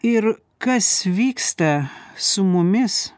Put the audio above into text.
ir kas vyksta su mumis